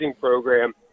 program